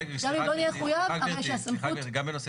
כי גם אם לא נחויב,